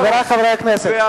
חבר הכנסת שאמה,